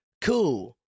cool